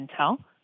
Intel